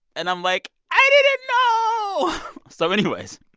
and i'm like, i didn't know so anyways,